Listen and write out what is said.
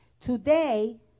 Today